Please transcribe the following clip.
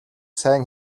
сайн